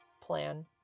plan